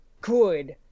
good